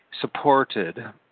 supported